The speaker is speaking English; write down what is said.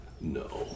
No